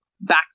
back